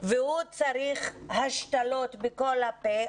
והוא צריך השתלות בכל הפה,